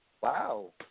wow